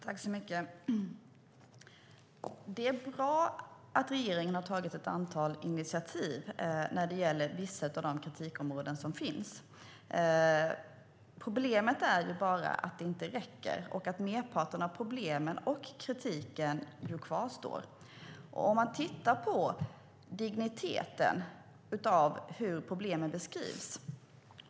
Herr talman! Det är bra att regeringen har tagit ett antal initiativ när det gäller vissa av de kritikområden som finns. Problemet är bara att det inte räcker, och att merparten av problemen och kritiken kvarstår. Låt oss titta på digniteten av hur problemen beskrivs.